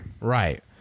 right